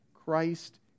Christ